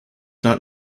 not